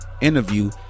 interview